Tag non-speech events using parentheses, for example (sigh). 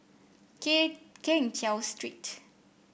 (unintelligible) Keng Cheow Street